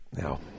now